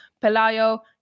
Pelayo